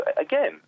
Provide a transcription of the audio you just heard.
again